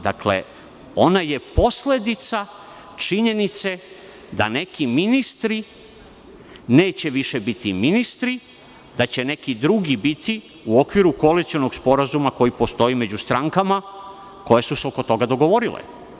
Dakle, ona je posledica činjenice da neki ministri neće više biti ministri, da će neki drugi biti u okviru koalicionog sporazuma koji postoji među strankama koje su se oko toga dogovorile.